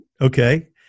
Okay